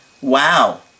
Wow